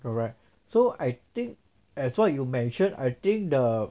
correct so I think as what you mentioned I think the